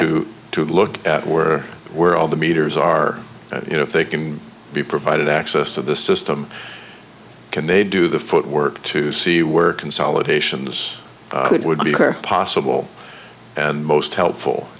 consultant to look at where we're all the meters are you know if they can be provided access to the system can they do the footwork to see where consolidations would be possible and most helpful